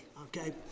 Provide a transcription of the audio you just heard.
okay